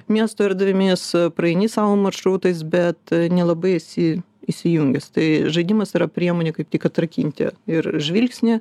miesto erdvėmis praeini sau maršrutais bet nelabai esi įsijungęs tai žaidimas yra priemonė kaip tik atrakinti ir žvilgsnį